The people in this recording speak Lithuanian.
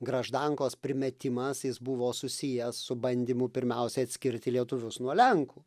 graždankos primetimas jis buvo susijęs su bandymu pirmiausiai atskirti lietuvius nuo lenkų